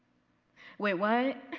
wait. what?